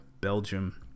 Belgium